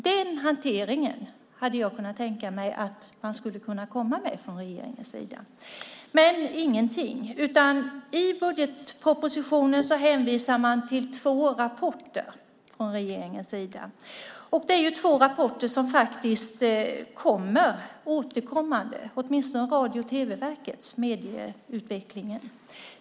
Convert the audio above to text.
Den hanteringen hade jag kunnat tänka mig att man skulle ha kunnat komma med från regeringens sida i detta fall, men ingenting. I budgetpropositionen hänvisar regeringen till två rapporter. Det är ju två rapporter som faktiskt är återkommande, åtminstone Radio och tv-verkets om medieutvecklingen.